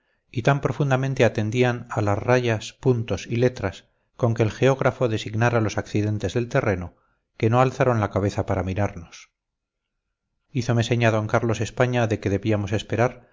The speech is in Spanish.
y tan profundamente atendían a las rayas puntos y letras con que el geógrafo designara los accidentes del terreno que no alzaron la cabeza para mirarnos hízome seña don carlos españa de que debíamos esperar